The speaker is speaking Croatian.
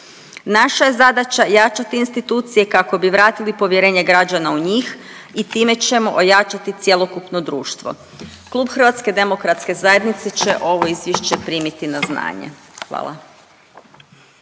Naša je zadaća jačati institucije kako bi vratili povjerenje građana u njih i time ćemo ojačati cjelokupno društvo. Klub Hrvatske demokratske zajednice će ovo izvješće primiti na znanje. Hvala.